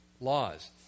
laws